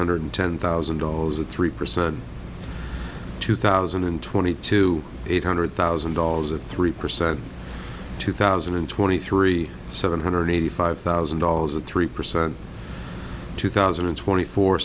hundred ten thousand dollars or three percent two thousand and twenty two eight hundred thousand dollars or three percent two thousand and twenty three seven hundred eighty five thousand dollars or three percent two thousand and twenty four